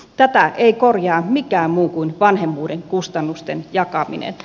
tätä ei korjaa mikään muu kuin vanhemmuuden kustannusten jakaminen